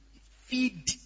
Feed